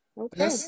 Okay